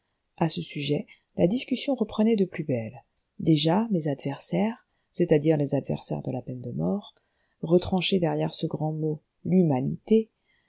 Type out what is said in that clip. à ce sujet la discussion reprenait de plus belle déjà mes adversaires c'est-à-dire les adversaires de la peine de mort retranchés derrière ce grand mot l'humanité